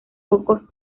poco